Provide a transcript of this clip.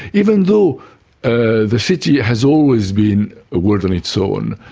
even though ah the city has always been a world on its own,